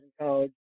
college